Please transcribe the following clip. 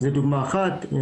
זה דוגמה אחת.